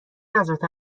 حضرت